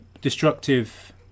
destructive